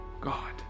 God